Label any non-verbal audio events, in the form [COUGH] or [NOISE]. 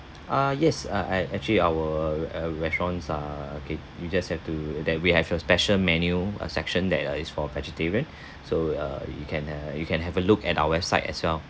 uh yes uh uh actually our uh restaurants uh okay you just have to that we have a special menu uh section that uh is for vegetarian [BREATH] so uh you can uh you can have a look at our website as well